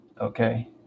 Okay